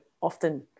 often